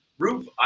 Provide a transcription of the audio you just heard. Roof